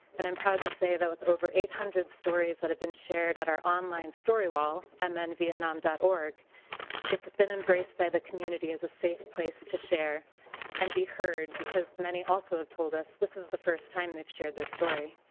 and i'm proud to say that with over eight hundred stories that are been shared at our online story wall and then vietnam dot org it's been embraced by the community as a safe place to share and be heard because many also told us this is the first time they share their story.